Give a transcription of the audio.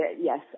yes